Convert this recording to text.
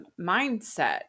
mindset